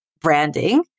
branding